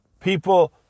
People